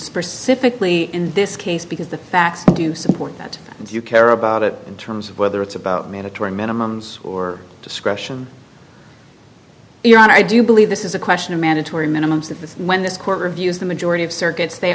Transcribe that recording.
for civically in this case because the facts do support that if you care about it in terms of whether it's about mandatory minimums or discretion your honor i do believe this is a question of mandatory minimums that that's when this court reviews the majority of circuits they